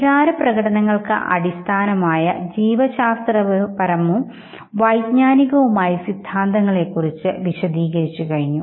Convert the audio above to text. വികാരപ്രകടനങ്ങൾക്ക് അടിസ്ഥാനമായ ജീവശാസ്ത്രപരമായി വൈജ്ഞാനികവും ആയ സിദ്ധാന്തങ്ങളെ കുറിച്ച് വിശദീകരിച്ചു കഴിഞ്ഞു